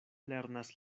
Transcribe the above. lernas